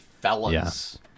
fellas